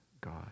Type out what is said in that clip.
God